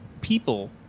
people